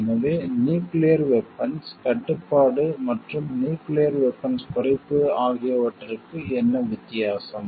எனவே nuclear weapons கட்டுப்பாடு மற்றும் நியூக்கிளியர் வெபன்ஸ் குறைப்பு ஆகியவற்றுக்கு என்ன வித்தியாசம்